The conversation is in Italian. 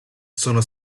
sono